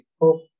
hope